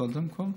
קודם כול,